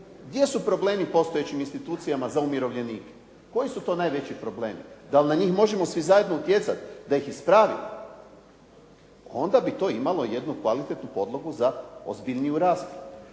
gdje su problemi u postojećim institucijama za umirovljenike? Koji su to najveći problemi? Da li na njih možemo svi zajedno utjecati da ih ispravimo? Onda bi to imalo jednu kvalitetnu podlogu za ozbiljniju raspravu.